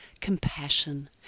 compassion